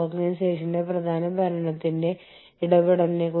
അന്താരാഷ്ട്ര ബിസിനസ്സിലേക്ക് പ്രവേശിക്കുന്നതിനുള്ള രീതിയുടെ തിരഞ്ഞെടുപ്പ്